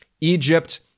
Egypt